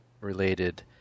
related